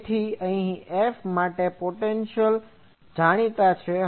તેથી અહી F માટેની પોટેન્શિઅલનેસ જાણીતી છે